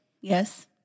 Yes